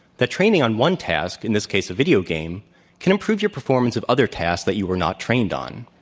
the training on one task in this case, a video game can improve your performance of other tasks that you were not trained on.